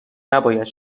نباید